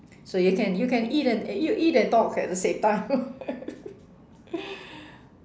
so you can you can you eat and you eat and talk at the same time